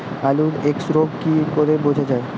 আলুর এক্সরোগ কি করে বোঝা যায়?